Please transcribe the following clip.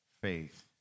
faith